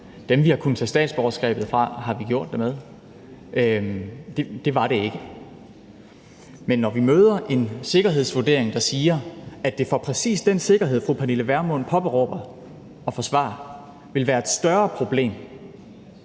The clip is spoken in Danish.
dem, vi har kunnet tage statsborgerskabet fra, har vi gjort det med. Men når vi møder en sikkerhedsvurdering, der siger, at det for præcis den sikkerhed, som fru Pernille Vermund påberåber at forsvare, ville være et større problem